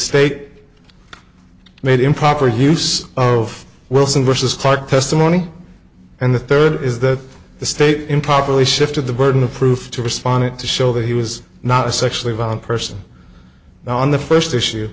state made improper use of wilson versus clarke testimony and the third is that the state improperly shifted the burden of proof to responded to show that he was not a sexually violent person on the first issue